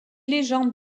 légendes